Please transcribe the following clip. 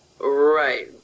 Right